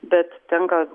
bet tenka